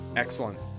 Excellent